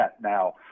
now